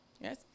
yes